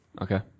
Okay